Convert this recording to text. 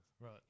Right